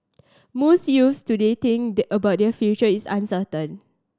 most youths today think that about their future is uncertain